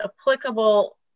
applicable